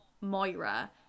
Moira